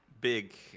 big